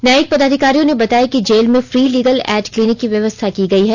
न्यायिक पदाधिकारियों ने बताया कि जेल में फ्री लीगल एड क्लीनिक की व्यवस्था की गई है